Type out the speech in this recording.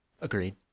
agreed